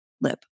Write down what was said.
lip